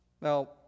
Now